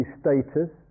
status